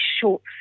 short